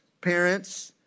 parents